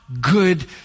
good